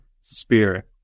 spirit